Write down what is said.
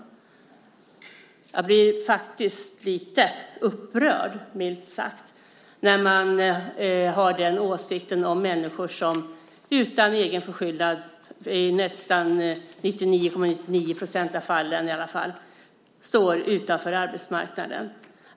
Jag blir faktiskt upprörd, milt sagt, när man har den åsikten om människor som utan egen förskyllan, i alla fall i nästan 99,9 % av fallen, står utanför arbetsmarknaden.